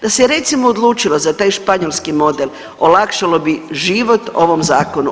Da se recimo odlučilo za taj španjolski model olakšalo bi život ovom zakonu.